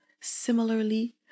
Similarly